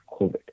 COVID